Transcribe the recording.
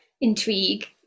intrigue